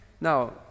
Now